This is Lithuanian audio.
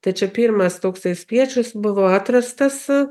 tačiau pirmas toksai spiečius buvo atrastas